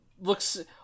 looks